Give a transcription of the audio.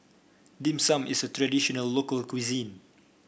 Dim Sum is a traditional local cuisine